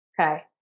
Okay